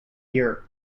year